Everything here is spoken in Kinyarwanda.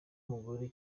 mugore